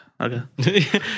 Okay